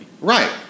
Right